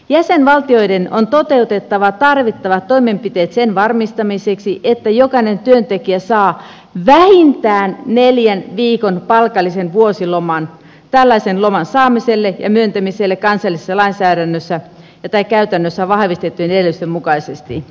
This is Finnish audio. jäsenvaltioiden on toteutettava tarvittavat toimenpiteet sen varmistamiseksi että jokainen työntekijä saa vähintään neljän viikon palkallisen vuosiloman tällaisen loman saamiselle ja myöntämiselle kansallisessa lainsäädännössä tai käytännössä vahvistettujen edellytysten mukaisesti